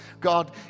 God